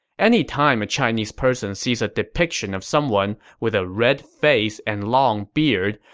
any time a chinese person sees a depiction of someone with a red face and long beard,